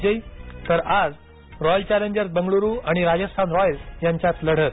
विजयी तर आज रॉयल चॅलेंजर्स बंगळुरू आणि राजस्थान रॉयल्स यांच्यात लढत